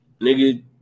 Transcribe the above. nigga